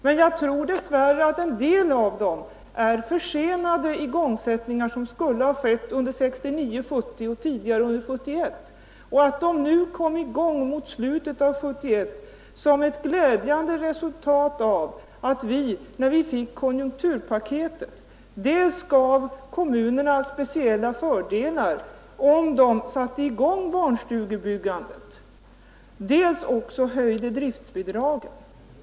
Men jag tror dess värre att en del av dem är försenade igångsättningar som skulle ha skett under 1969, 1970 och tidigare under 1971 och att de kom i gång mot slutet av 1971 som ett glädjande resultat av att vi, när vi fick konjunkturpaketet, dels gav kommunerna speciella fördelar om de satte i gång barnstugebyggandet, dels också höjde driftbidragen.